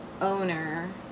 owner